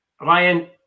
Ryan